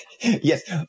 Yes